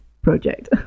project